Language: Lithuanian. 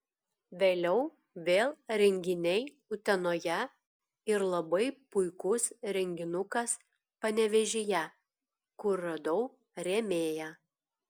vėliau vėl renginiai utenoje ir labai puikus renginukas panevėžyje kur radau rėmėją